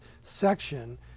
section